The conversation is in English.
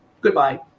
Goodbye